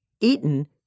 eaten